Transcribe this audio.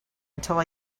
until